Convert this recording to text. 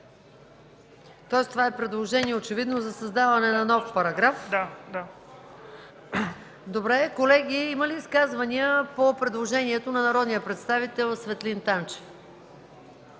е предложение за създаване на нов параграф. Колеги, има ли изказвания по предложението на народния представител Светлин Танчев?